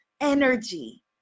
energy